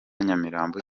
nyamirambo